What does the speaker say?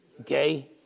okay